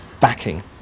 backing